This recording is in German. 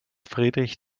friedrich